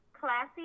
Classy